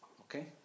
Okay